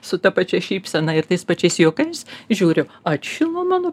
su ta pačia šypsena ir tais pačiais juokais žiūriu atšilo mano